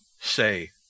say